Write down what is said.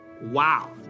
Wow